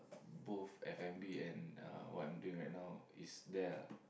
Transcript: both f-and-b and uh what I'm doing right now is thare ah